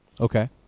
okay